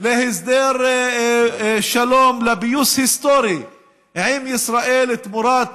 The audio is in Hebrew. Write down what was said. להסדר שלום, לפיוס היסטורי עם ישראל תמורת